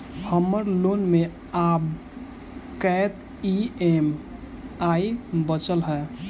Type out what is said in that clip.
हम्मर लोन मे आब कैत ई.एम.आई बचल ह?